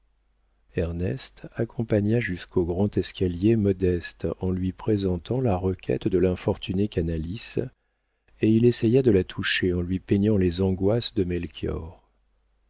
ernest accompagna jusqu'au grand escalier modeste en lui présentant la requête de l'infortuné canalis et il essaya de la toucher en lui peignant les angoisses de